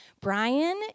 Brian